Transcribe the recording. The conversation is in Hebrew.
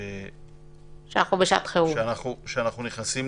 שאנחנו נכנסים